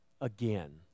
again